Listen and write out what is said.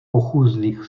pochůzných